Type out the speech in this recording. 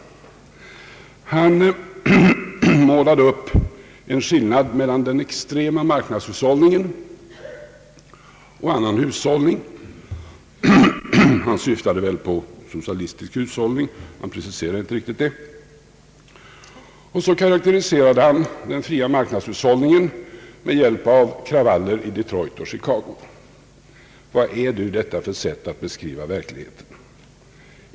Han målade upp en skillnad mellan den extrema marknadshushållningen och annan hushållning. Han syftade väl på socialistisk hushållning — han preciserade inte riktigt vad han avsåg. Och så karakteriserade han den fria marknadshushållningen med hjälp av kravaller i Detroit och Chicago. Vad är nu detta för ett sätt att beskriva verkligheten?